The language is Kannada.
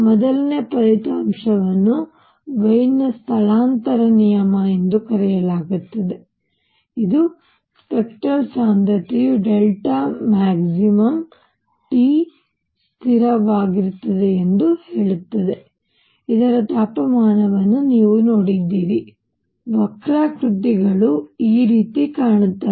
ಮೊದಲ ಫಲಿತಾಂಶವನ್ನು ವೀನ್ ನ ಸ್ಥಳಾಂತರ ನಿಯಮ ಎಂದು ಕರೆಯಲಾಗುತ್ತದೆ ಇದು ಸ್ಪೆಕ್ಟರಲ್ ಸಾಂದ್ರತೆಯು max Tಸ್ಥಿರವಾಗಿರುತ್ತದೆ ಎಂದು ಹೇಳುತ್ತದೆ ಇದರ ತಾಪಮಾನವನ್ನು ನೀವು ನೋಡಿದ್ದೀರಿ ವಕ್ರಾಕೃತಿಗಳು ಈ ರೀತಿ ಕಾಣುತ್ತವೆ